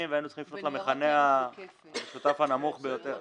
והיינו צריכים לפנות למכנה המשותף הנמוך ביותר.